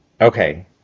Okay